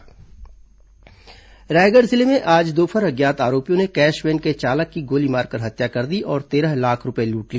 cash van लुट रायगढ़ जिले में आज दोपहर अज्ञात आरोपियों ने कैश वैन के चालक की गोली मारकर हत्या कर दी और तेरह लाख रूपये लूट लिए